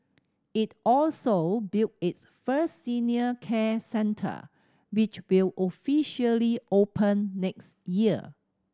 it also built its first senior care centre which will officially open next year